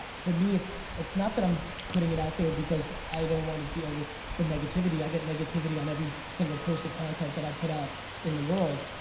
for me, it's it's not that i'm putting it out there because i don't wanna deal with the negativity, i get negativity on every single post of content that i put out in the world,